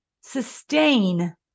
sustain